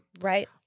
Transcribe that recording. Right